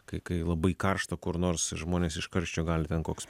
kai kai labai karšta kur nors žmonės iš karščio gali ten koks